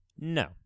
No